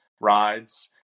rides